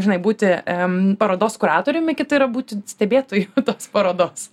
žinai būti parodos kuratoriumi kiti yra būtent stebėtoju tos parodos